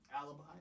Alibi